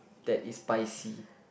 that is spicy